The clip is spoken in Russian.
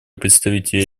представителя